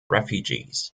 refugees